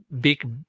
big